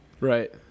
right